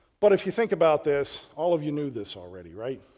but if you think about this all of you knew this already, right,